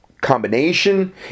combination